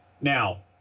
Now